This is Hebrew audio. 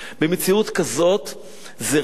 במציאות כזאת זה רק,